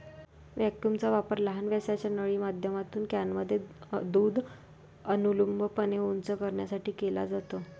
व्हॅक्यूमचा वापर लहान व्यासाच्या नळीच्या माध्यमातून कॅनमध्ये दूध अनुलंबपणे उंच करण्यासाठी केला जातो